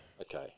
Okay